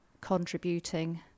contributing